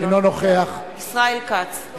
אינו נוכח ישראל כץ,